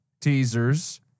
teasers